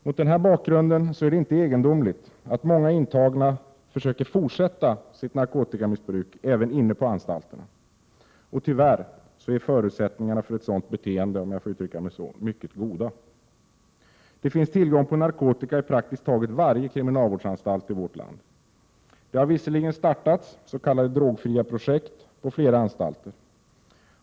Mot denna bakgrund är det inte egendomligt att många intagna försöker fortsätta sitt narkotikamissbruk även inne på anstalterna. Tyvärr är förutsättningarna för ett sådant beteende mycket goda. Det finns tillgång på narkotika i praktiskt taget varje kriminalvårdsanstalt i vårt land. Det har visserligen startats s.k. drogfria projekt på flera anstalter.